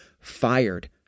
fired